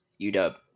UW